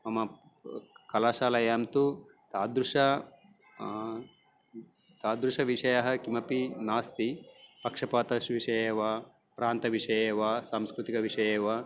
मम कलाशालायां तु तादृश तादृशविषयः किमपि नास्ति पक्षपातस्य विषये वा प्रान्तविषये वा सांस्कृतिकविषये वा